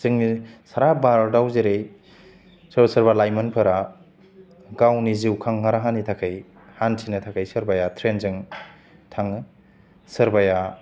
जोङो सारा भारताव जेरै सोरबा सोरबा लाइमोनफोरा गावनि जिउखां राहानि थाखाय हान्थिनो थाखाय सोरबाया ट्रेनजों थाङो सोरबाया